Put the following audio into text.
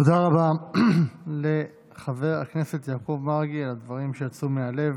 תודה רבה לחבר הכנסת יעקב מרגי על הדברים שיצאו מהלב.